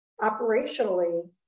operationally